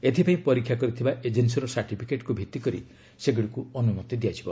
ଏଥିପାଇଁ ପରୀକ୍ଷା କରିଥିବା ଏଜେନ୍ନୀର ସାର୍ଟିଫିକେଟ୍କୁ ଭିଭିକରି ସେଗୁଡ଼ିକୁ ଅନୁମତି ଦିଆଯିବ